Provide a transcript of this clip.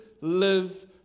live